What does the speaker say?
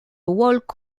walk